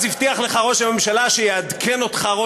אז הבטיח לך ראש הממשלה שראש המל"ל יעדכן אותך,